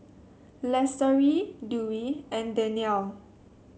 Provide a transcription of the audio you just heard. Lestari Dewi and Danial